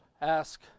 ask